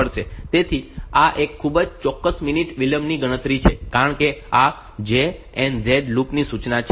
તેથી આ એક ખૂબ જ ચોક્કસ મિનિટ વિલંબની ગણતરી છે કારણ કે આ JNZ લૂપ સૂચના છે